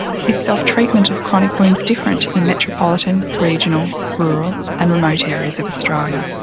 is self-treatment of chronic wounds different in metropolitan, regional, rural and remote areas of australia?